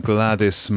Gladys